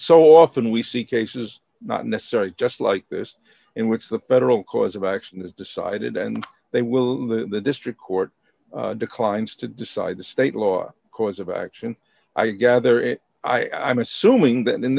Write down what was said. so often we see cases not necessary just like this in which the federal cause of action is decided and they will the district court declines to decide the state law cause of action i gather and i'm assuming that in